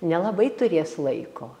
nelabai turės laiko